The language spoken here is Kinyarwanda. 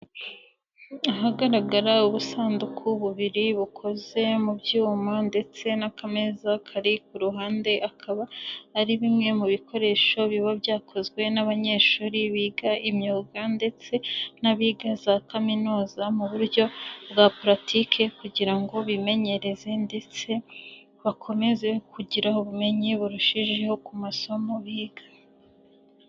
Ahagaragara ubusanduku bubiri, bukoze mu byuma ndetse n' akameza kari ku ruhande, akaba ari bimwe mu bikoresho biba byakozwe n'abanyeshuri biga imyuga, ndetse n'abiga za kaminuza mu buryo bwa politiki, kugira ngo bimenyereze ndetse bakomeze kugira ubumenyi burushijeho ku masomo biga.